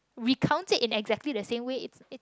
recount it in exactly the same way it's